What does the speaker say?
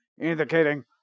indicating